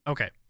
Okay